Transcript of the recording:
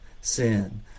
sin